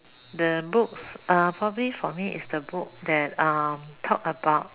the books uh probably for me is the book that uh talk about uh